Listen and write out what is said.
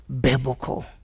biblical